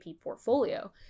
portfolio